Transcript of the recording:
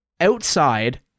Outside